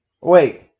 Wait